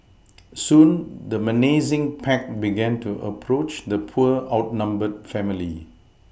soon the menacing pack began to approach the poor outnumbered family